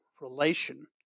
relation